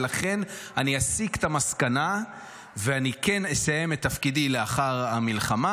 ולכן אני אסיק את המסקנה ואני כן אסיים את תפקידי לאחר המלחמה.